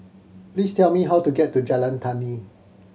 please tell me how to get to Jalan Tani